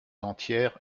entières